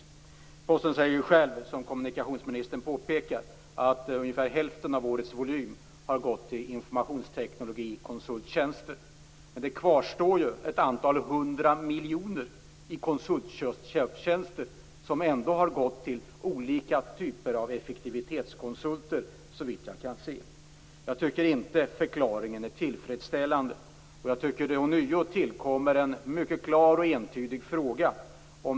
Inom Posten säger man ju själv, vilket kommunikationsministern också påpekar, att ungefär hälften av årets volym har gått till konsulttjänster för informationsteknik. Men ett antal hundra miljoner kronor i köp av konsulttjänster kvarstår. De har såvitt jag kan se gått till olika typer av effektivitetskonsulter. Jag tycker inte att förklaringen är tillfredsställande, och jag tycker att det ånyo tillkommer en mycket klar och entydig fråga.